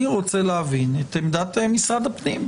אני רוצה להבין את עמדת משרד הפנים,